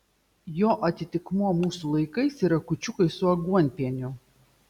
jo atitikmuo mūsų laikais yra kūčiukai su aguonpieniu